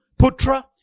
Putra